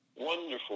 Wonderful